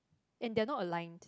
and they are not aligned